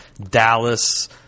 Dallas